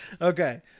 Okay